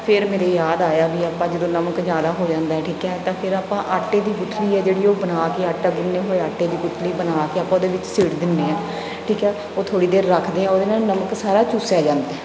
ਫੇਰ ਮੇਰੇ ਯਾਦ ਆਇਆ ਵੀ ਆਪਾਂ ਜਦੋਂ ਨਮਕ ਜ਼ਿਆਦਾ ਹੋ ਜਾਂਦਾ ਹੈ ਠੀਕ ਹੈ ਤਾਂ ਫਿਰ ਆਪਾਂ ਆਟੇ ਦੀ ਗੁਥਲੀ ਆ ਜਿਹੜੀ ਉਹ ਬਣਾ ਕੇ ਆਟਾ ਗੂੰਨੇ ਹੋਏ ਆਟੇ ਦੀ ਗੁਥਲੀ ਬਣਾ ਕੇ ਆਪਾਂ ਉਹਦੇ ਵਿੱਚ ਸਿੱਟ ਦਿੰਦੇ ਹਾਂ ਠੀਕ ਹੈ ਉਹ ਥੋੜ੍ਹੀ ਦੇਰ ਰੱਖਦੇ ਹਾਂ ਉਹਦੇ ਨਾਲ ਨਮਕ ਸਾਰਾ ਚੂਸਿਆ ਜਾਂਦਾ ਹੈ